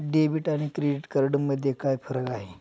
Debit आणि credit card मध्ये काय फरक आहे?